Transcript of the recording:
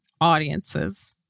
audiences